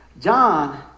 John